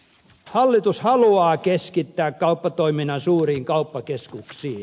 hallitus haluaa keskittää kauppatoiminnan suuriin kauppakeskuksiin